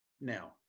now